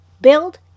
Build